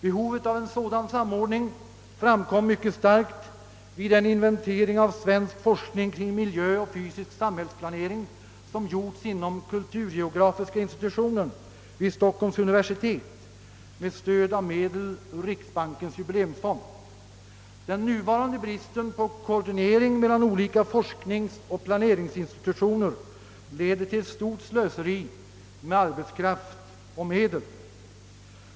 Behovet av en sådan samordning framkom mycket starkt vid en inventering av svensk forskning i miljöoch fysisk samhällsplanering som gjorts inom kulturgeografiska institutionen vid Stockholms universitet med stöd av medel ur riksbankens jubileumsfond. Den nuvarande bristen på koordinering mellan olika forskningsoch planeringsinstitutioner leder till stort slöseri med arbetskraft och medel.